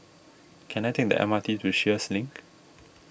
can I take the M R T to Sheares Link